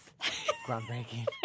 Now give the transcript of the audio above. Groundbreaking